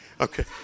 Okay